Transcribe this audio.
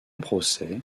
procès